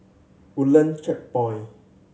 Woodlands Checkpoint